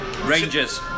Rangers